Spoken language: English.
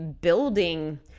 building